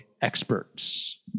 experts